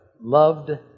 loved